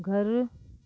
घर